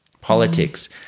politics